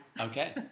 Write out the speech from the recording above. Okay